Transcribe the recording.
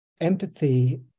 Empathy